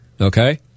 Okay